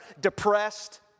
depressed